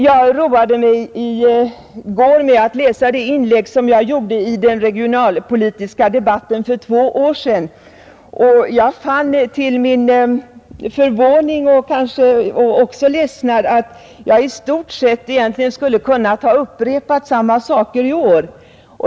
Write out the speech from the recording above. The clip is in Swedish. Jag roade mig med att i går läsa det inlägg som jag gjorde i den regionalpolitiska debatten för två år sedan, och jag fann till min förvåning och också ledsnad att jag egentligen i stort sett skulle ha kunnat upprepa samma saker i år.